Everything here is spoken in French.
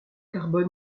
carbone